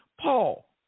Paul